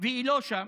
והיא לא שם.